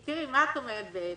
את אומרת, בעצם,